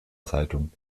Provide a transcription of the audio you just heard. zeitung